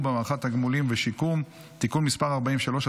במערכה (תגמולים ושיקום) (תיקון מס' 43),